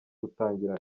gutangira